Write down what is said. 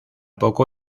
poco